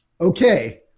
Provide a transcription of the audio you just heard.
Okay